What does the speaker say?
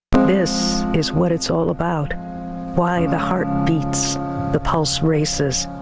this is what it's all about why the heart beats the pulse races.